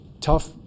tough